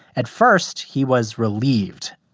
at first, he was relieved,